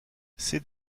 ces